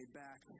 back